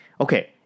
okay